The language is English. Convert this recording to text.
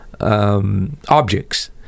objects